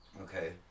Okay